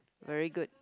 very good